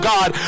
God